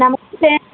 నమస్తే